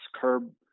curb